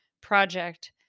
project